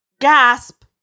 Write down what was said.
gasp